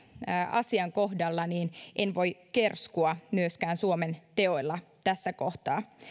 asian kohdalla en voi kerskua myöskään suomen teoilla tässä kohtaa